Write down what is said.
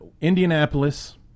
Indianapolis